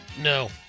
No